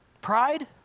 Pride